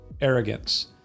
arrogance